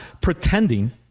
pretending